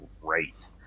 great